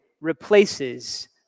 replaces